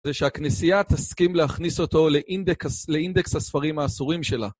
זה שהכנסיה תסכים להכניס אותו לאינדקס הספרים האסורים שלה.